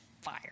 fire